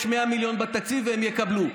יש 100 מיליון בתקציב, והם יקבלו.